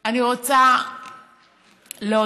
אני רוצה להודות